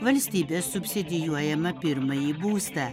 valstybės subsidijuojamą pirmąjį būstą